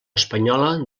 espanyola